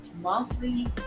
monthly